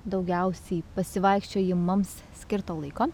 daugiausiai pasivaikščiojimams skirto laiko